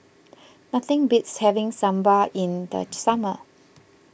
nothing beats having Sambar in the summer